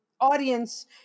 audience